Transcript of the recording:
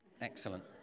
Excellent